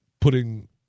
putting